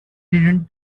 didn’t